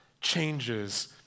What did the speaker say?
changes